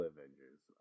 Avengers